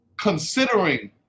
considering